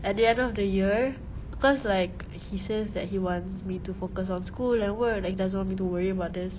at the end of the year cause like he says that he wants me to focus on school and work like he doesn't want me to worry about this